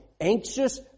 anxious